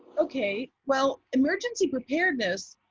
ok. well, emergency preparedness,